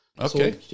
Okay